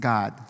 God